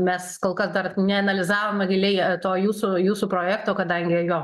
mes kol kas dar neanalizavom giliai to jūsų jūsų projekto kadangi jo